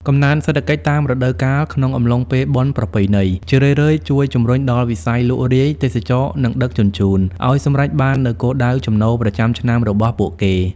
កំណើនសេដ្ឋកិច្ចតាមរដូវកាលក្នុងអំឡុងពេលបុណ្យប្រពៃណី ជារឿយៗជួយជំរុញដល់វិស័យលក់រាយ ទេសចរណ៍ និងដឹកជញ្ជូនឱ្យសម្រេចបាននូវគោលដៅចំណូលប្រចាំឆ្នាំរបស់ពួកគេ។